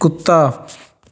ਕੁੱਤਾ